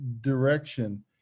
direction